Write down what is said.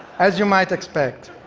as you might expect.